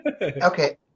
Okay